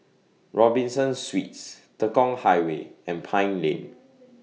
Robinson Suites Tekong Highway and Pine Lane